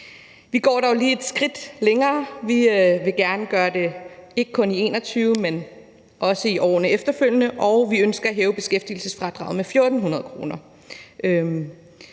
Vi går dog lige et skridt længere. Vi vil gerne gøre det ikke kun i 2021, men også i årene efterfølgende, og vi ønsker at hæve beskæftigelsesfradraget med 1.400 kr.